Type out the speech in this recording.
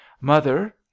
Mother